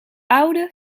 oude